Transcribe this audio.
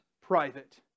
private